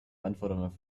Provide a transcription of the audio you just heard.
anforderungen